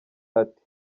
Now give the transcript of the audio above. ati